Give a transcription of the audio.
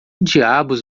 diabos